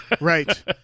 right